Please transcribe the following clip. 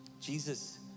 Jesus